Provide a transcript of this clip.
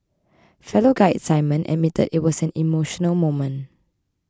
fellow guide Simon admitted it was an emotional moment